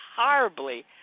horribly